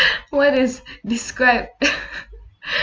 what is describe